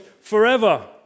forever